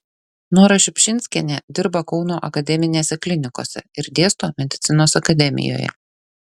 nora šiupšinskienė dirba kauno akademinėse klinikose ir dėsto medicinos akademijoje